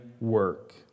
work